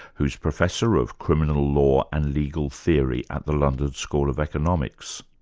who's professor of criminal law and legal theory at the london school of economics.